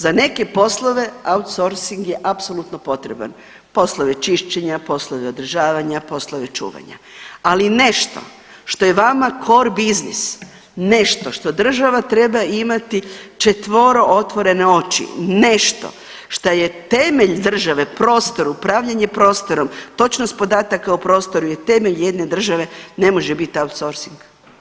Za neke poslove outsourcing je apsolutno potreban, poslove čišćenja, poslove održavanja, poslove čuvanja, ali nešto što je vama core business, nešto što država treba imati četvoro otvorene oči, nešto šta je temelj države prostor, upravljanje prostorom, točnost podataka o prostoru je temelj jedne države ne može biti outsourcing.